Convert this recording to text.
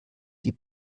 die